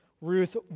Ruth